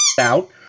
out